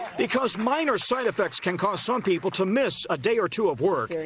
because minor side effects can cause some people to miss a day or two of work,